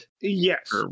Yes